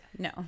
No